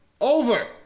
Over